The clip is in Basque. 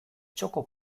txoko